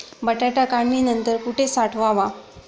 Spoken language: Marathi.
बटाटा काढणी नंतर कुठे साठवावा?